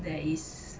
there is